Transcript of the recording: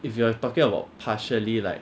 if you are talking about partially like